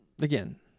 again